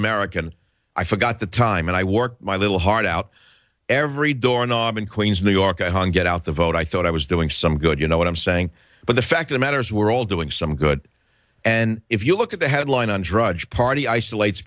american i forgot the time and i wore my little heart out every door knob in queens new york i hung get out the vote i thought i was doing some good you know what i'm saying but the fact of the matter is we're all doing some good and if you look at the headline on drudge party isolates